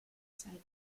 zeit